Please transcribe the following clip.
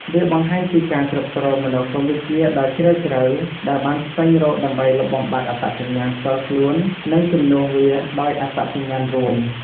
វាបង្ហាញពីការគ្រប់គ្រងមនោគមវិជ្ជាដ៏ជ្រាលជ្រៅដែលបានស្វែងរកដើម្បីលុបបំបាត់អត្តសញ្ញាណផ្ទាល់ខ្លួននិងជំនួសវាដោយអត្តសញ្ញាណរួម។